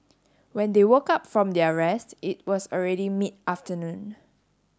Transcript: when they woke up from their rest it was already mid afternoon